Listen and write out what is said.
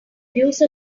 abuse